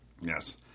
Yes